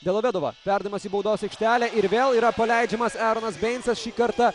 delovedova perdavimas į baudos aikštelę ir vėl yra paleidžiamas eronas beincas šį kartą